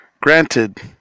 Granted